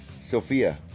Sophia